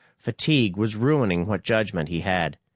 fatigue was ruining what judgment he had.